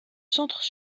centre